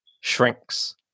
shrinks